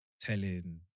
telling